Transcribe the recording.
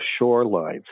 shorelines